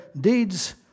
deeds